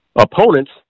opponents